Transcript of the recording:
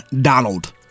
Donald